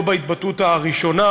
לא בהתבטאות הראשונה.